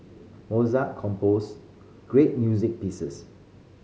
Mozart composed great music pieces